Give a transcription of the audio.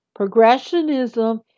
Progressionism